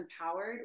empowered